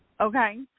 Okay